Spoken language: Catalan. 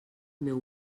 meu